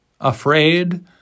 afraid